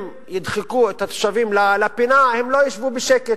אם ידחקו את התושבים לפינה הם לא ישבו בשקט,